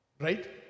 right